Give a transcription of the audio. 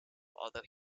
although